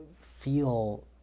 feel